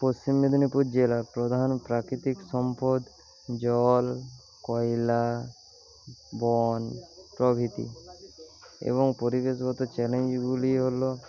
পশ্চিম মেদিনীপুর জেলার প্রধান প্রাকৃতিক সম্পদ জল কয়লা বন প্রভৃতি এবং পরিবেশঘটিত চ্যানেলগুলি হলো